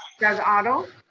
doug otto.